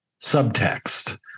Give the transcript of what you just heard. subtext